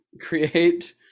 create